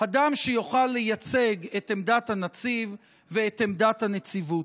אדם שיוכל לייצג את עמדת הנציב ואת עמדת הנציבות.